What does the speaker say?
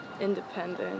independent